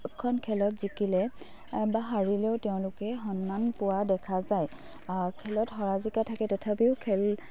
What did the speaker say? প্ৰত্যেকখন খেলত জিকিলে বা হাৰিলেও তেওঁলোকে সন্মান পোৱা দেখা যায় খেলত হৰা জিকা থাকেই তথাপিও খেল